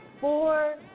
four –